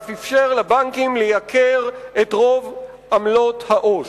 ואף אפשר לבנקים לייקר את רוב עמלות העו"ש.